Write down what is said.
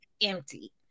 empty